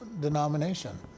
Denomination